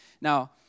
Now